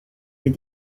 des